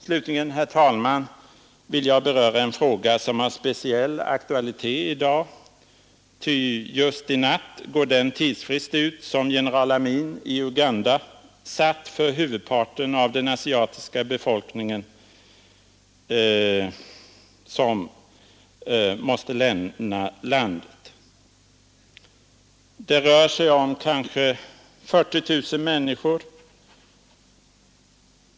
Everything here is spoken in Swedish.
Slutligen, herr talman, vill jag beröra en fråga som har speciell aktualitet i dag, ty just i natt går den tidsfrist ut som general Amin i Uganda satt för huvudparten av den asiatiska befolkningen som måste lämna landet. Det rör sig om kanske 40 000 människor.